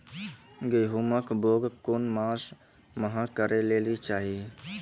गेहूँमक बौग कून मांस मअ करै लेली चाही?